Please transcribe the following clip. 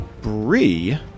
Bree